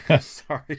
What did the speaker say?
sorry